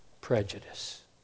prejudice